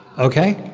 ok?